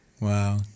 Wow